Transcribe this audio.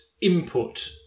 input